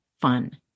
fun